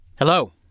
Hello